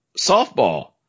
Softball